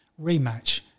rematch